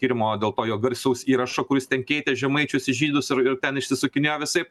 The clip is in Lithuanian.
tyrimo dėl to jo garsaus įrašo kuris ten keitė žemaičius į žydus ir ten išsisukinėjo visaip